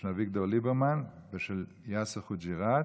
של אביגדור ליברמן ושל יאסר חוגי'ראת.